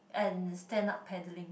and stand up paddling